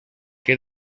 que